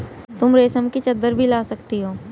तुम रेशम की चद्दर भी ला सकती हो